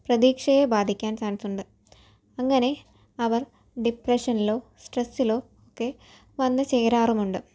പ്രതീക്ഷയെ ബാധിക്കാൻ ചാൻസുണ്ട് അങ്ങനെ അവർ ഡിപ്രഷനിലോ സ്ട്രസ്സിലോ ഒക്കെ വന്ന് ചേരാറുമുണ്ട്